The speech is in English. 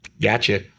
Gotcha